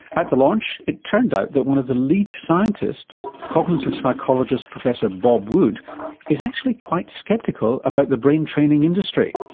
at the launch it turned out that one of the elite scientists cognitive psychologist professor bob wood is actually quite sceptical about the brain training industry.